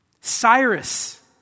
Cyrus